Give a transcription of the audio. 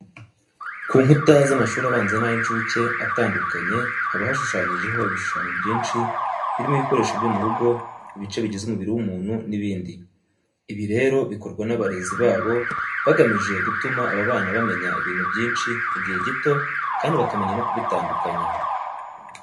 Ku nkuta z'amashuri abanza n'ay'incuke atandukanye haba hashushanyijeho ibishushanyo byinshi birimo ibikoresho byo mu rugo, ibice bigize umubiri w'umuntu n'ibindi. Ibi rero bikorwa n'abarezi babo bagamije gutuma aba bana bamenya ibintu byinshi mu gihe gito kandi bakamenya no kubitandukanya.